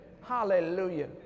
Hallelujah